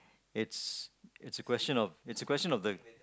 it's it's a question of it's a question of the